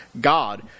God